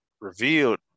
revealed